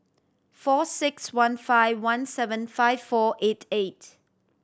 four six one five one seven five four eight eight